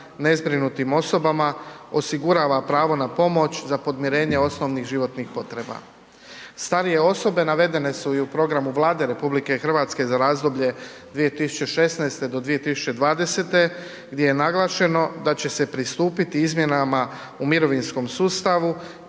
nezbrinutim osobama osigurava pravo na pomoć, za podmirenje osnovnih životnih potreba. Starije osobe navedene su i u programu Vlade RH za razdoblje 2016.-2020. gdje je naglašeno da će se pristupiti izmjenama u mirovinskom sustavu,